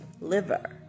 liver